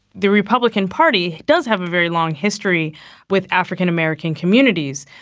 the republican party does have a very long history with african american communities.